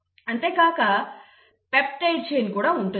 అంతేకాక peptide chain కూడా ఉంటుంది